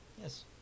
Yes